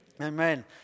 Amen